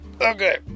okay